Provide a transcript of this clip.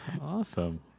Awesome